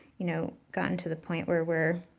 you know, gotten to the point where we're